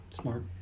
Smart